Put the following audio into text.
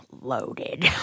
loaded